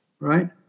Right